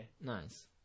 Nice